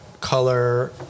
color